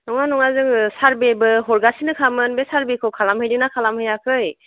नङा नङा जोङो सारबे बो हरगासिनो खामोन बे सारबेखौ खालामहैदोंना खालामहैयाखै